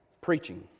preaching